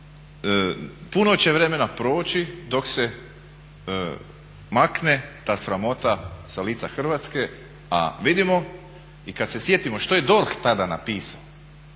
puno će vremena proći dok se makne ta sramota sa lica Hrvatske, a vidimo i kad se sjetimo što je DORH tada napisao,